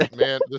Man